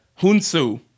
Hunsu